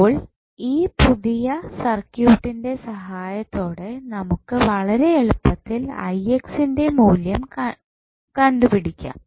ഇപ്പോൾ ഈ പുതിയ സർക്യൂട്ടിന്റെ സഹായത്തോടെ നമുക്ക് വളരെ എളുപ്പത്തിൽ ന്റെ മൂല്യം കണ്ടുപിടിക്കാം